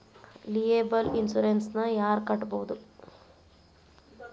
Liable insurance ನ ಯಾರ್ ಕಟ್ಬೊದು?